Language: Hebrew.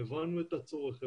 הבנו את הצורך,